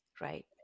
Right